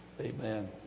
Amen